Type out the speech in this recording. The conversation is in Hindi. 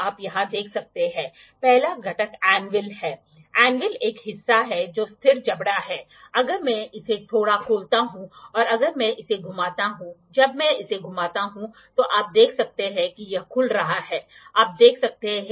तो आप यहाँ देख सकते हैं ये वे एंगल हैं जिनका उपयोग वर्कपीस को रखने के लिए किया जाता है या वर्कपीस को डायल करने और इसे समतल करने के लिए किया जाता है और फिर इसे रखें फिर रीडिंग को मापने के लिए प्रोट्रैक्टर को घुमाएं और हम इसका उपयोग एक रेफरंस सतह जैसे उपयोग कर सकते हैं